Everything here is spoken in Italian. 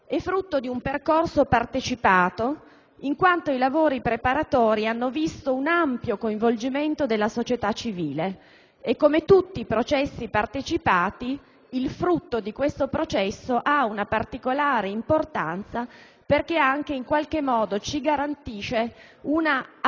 è frutto di un percorso partecipato, in quanto i lavori preparatori hanno visto un ampio coinvolgimento della società civile. Come tutti i processi partecipati, il frutto ha una particolare importanza perché in qualche modo ci garantisce una applicazione